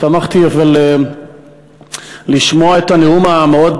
אבל שמחתי לשמוע את הנאום המאוד